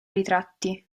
ritratti